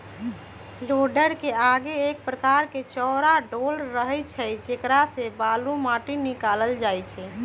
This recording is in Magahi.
लोडरके आगे एक प्रकार के चौरा डोल रहै छइ जेकरा से बालू, माटि निकालल जाइ छइ